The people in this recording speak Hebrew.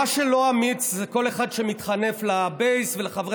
מי שלא אמיץ זה כל אחד שמתחנף לבייס ולחברי